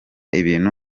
ibintu